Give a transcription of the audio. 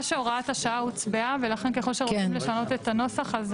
שהוראת השעה הוצבעה ולכן ככל שרוצים לשנות את הנוסח,